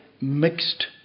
mixed